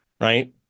right